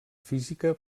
física